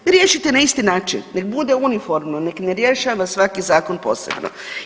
Riješite na isti način, nek bude uniformno, nek ne rješava svaki zakon posebno.